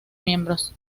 miembros